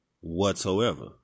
Whatsoever